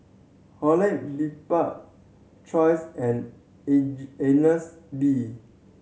Horlick Bibik choice and age Agnes B